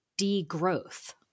degrowth